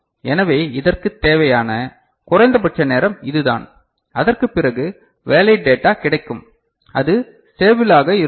எனவே இதற்கு தேவையான குறைந்தபட்ச நேரம் இதுதான் அதற்கு பிறகு வேலிட் டேட்டா கிடைக்கும் அது ஸ்டேபிள் ஆக இருக்க வேண்டும்